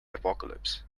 apocalypse